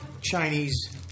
Chinese